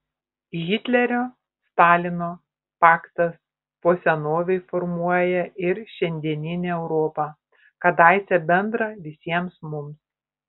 hitlerio stalino paktas po senovei formuoja ir šiandieninę europą kadaise bendrą visiems mums